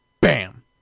bam